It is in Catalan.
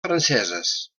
franceses